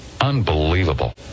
Unbelievable